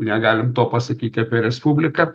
negalim to pasakyt apie respubliką